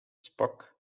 spock